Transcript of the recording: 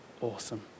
awesome